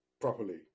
properly